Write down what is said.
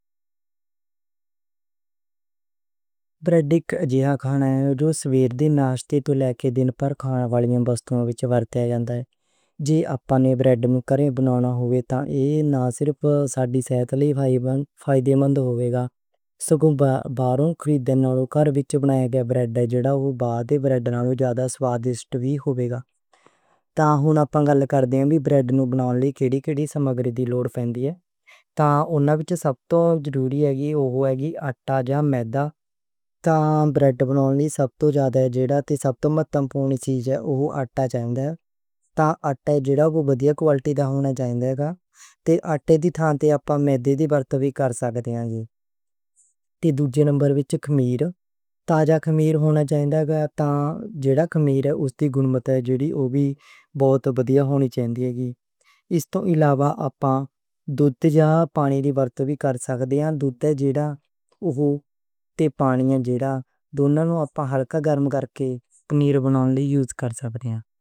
بریڈ ایک جیہا کھانا اے جو سویرے ناشتے توں لے کے دن بھر کھانا والیاں وسطاں وچ ورتے آ جاندے اے۔ جے آپاں بریڈ بنانا ہووے تے ایہ نہ صرف ساڈی صحت لئی ہی فائدہ مند ہوے گا۔ سگوں باروں خریدے نالوں کر وچ بنائیے بریڈ جےڑا اوہ بریڈ نالوں زیادہ سوادست ہوے گا۔ تاں ہن اسی گل کر دے ہاں کہ بریڈ نوں بناؤن لئی کیڑی کیڑی سمگری دی لوڑ پہندی اے۔ تاں انہاں وچ سب توں ضروری آٹا جاں میدہ، تاں بریڈ بناؤن لئی سب توں مہتوپون چیز آٹا چاہیدا اے۔ تاں آٹا جےڑا اوہ ودھیا کوالٹی دا ہونا چاہیدا اے تے آٹے دی تھاں تے آپاں میدے دی ورتوں وی کر سکدے آں۔ تے دوجے نمبر تے خمیر، تازہ خمیر ہونا چاہیدا اے، تے جےڑا خمیر اوہدی گنّت وی بہت ودھیا ہونی چاہیدی اے، اس توں علاوہ آپاں دودھ جاں پانی دی ورتوں وی کر سکدے آں۔ دودھ جےڑا اوہ تے پانی جےڑا دونوں آپاں ہلکا گرم کرکے آٹا گوندھن لئی یوز کر سکدے آں۔